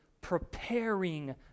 preparing